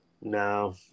No